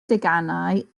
deganau